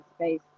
space